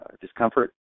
discomfort